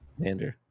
Xander